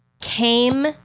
came